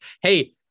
hey